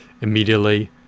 immediately